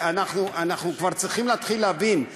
אנחנו כבר צריכים להתחיל להבין,